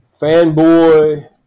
fanboy